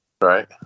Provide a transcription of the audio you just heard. Right